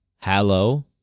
hello